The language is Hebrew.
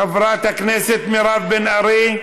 חברת הכנסת מירב בן ארי,